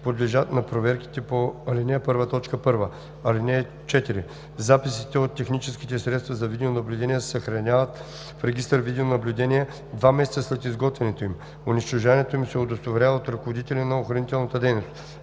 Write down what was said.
подлежат на проверките по ал. 1, т. 1. (4) Записите от техническите средства за видеонаблюдение се съхраняват в регистър „Видеонаблюдение” два месеца след изготвянето им. Унищожаването им се удостоверява от ръководителя на охранителната дейност.